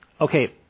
Okay